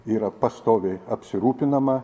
yra pastoviai apsirūpinama